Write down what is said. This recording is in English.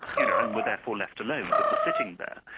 you know, and were therefore left alone, but were sitting there,